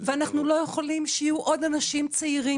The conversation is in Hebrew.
ואנחנו לא יכולים שיהיו עוד אנשים צעירים